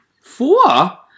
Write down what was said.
Four